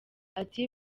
ati